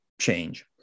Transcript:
change